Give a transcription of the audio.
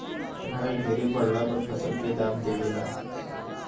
घास ढेरे बढ़ला पर फसल के दाब देवे ला